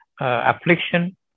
affliction